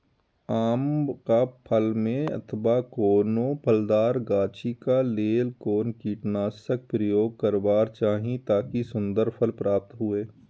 आम क फल में अथवा कोनो फलदार गाछि क लेल कोन कीटनाशक प्रयोग करबाक चाही ताकि सुन्दर फल प्राप्त हुऐ?